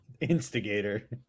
Instigator